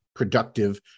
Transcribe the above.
productive